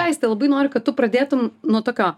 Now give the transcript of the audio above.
aiste labai noriu kad tu pradėtum nuo tokio